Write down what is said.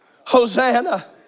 Hosanna